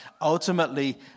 Ultimately